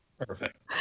Perfect